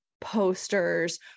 posters